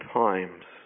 times